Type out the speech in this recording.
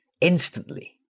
instantly